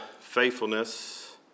faithfulness